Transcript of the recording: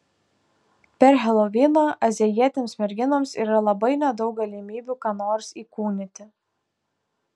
per heloviną azijietėms merginoms yra labai nedaug galimybių ką nors įkūnyti